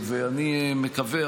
ואני מקווה,